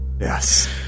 Yes